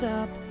up